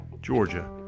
Georgia